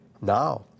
Now